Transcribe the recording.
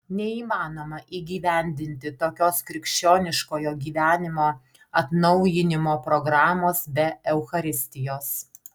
neįmanoma įgyvendinti tokios krikščioniškojo gyvenimo atnaujinimo programos be eucharistijos